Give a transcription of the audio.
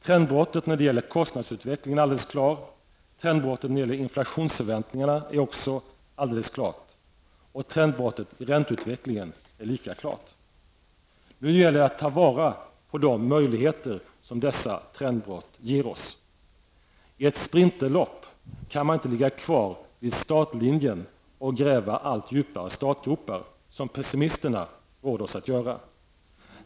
Trendbrottet när det gäller kostnadsutvecklingen är alldeles klart. Trendbrottet när det gäller inflationsförväntningarna är också alldeles klart. Och trendbrottet i ränteutvecklingen är lika klart. Nu gäller det att ta vara på de möjligheter, som dessa trendbrott ger oss. I ett sprinterlopp kan man inte ligga kvar vid startlinjen och gräva allt djupare startgropar, som pessimisterna råder oss att göra.